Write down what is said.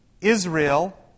Israel